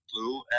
blue